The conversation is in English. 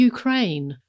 Ukraine